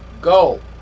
Go